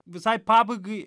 visai pabaigai